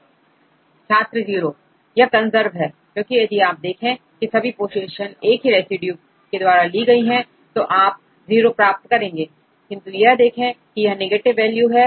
छात्र0 यदि यह कंजर्व है क्योंकि यदि आप देखें की सभी पोजीशन एक ही रेसिड्यू के द्वारा ली गई है तो आप0 प्राप्त करेंगे किंतु देखें कि यह नेगेटिव वैल्यू है